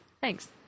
Thanks